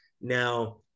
Now